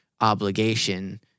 obligation